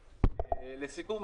לסיכום,